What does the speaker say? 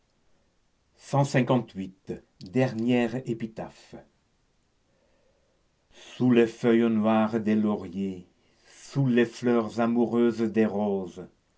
dernière épitaphe sous les feuilles noires des lauriers sous les fleurs amoureuses des roses